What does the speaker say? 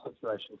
situation